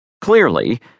Clearly